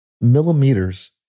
millimeters